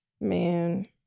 Man